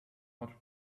what